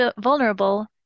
vulnerable